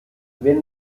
wenn